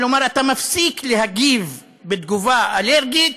כלומר אתה מפסיק להגיב בתגובה אלרגית.